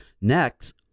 next